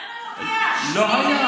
למה לא היה?